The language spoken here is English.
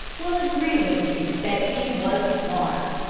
will agree with me that he was smart.